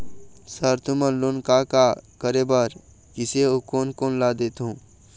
Sir तुमन loan का का करें बर, किसे अउ कोन कोन ला देथों?